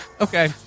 okay